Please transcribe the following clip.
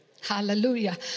Hallelujah